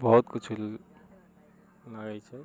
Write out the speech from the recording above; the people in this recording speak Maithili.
बहुत कुछ रहै छै